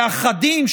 ואחדים,